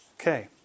Okay